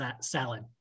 salad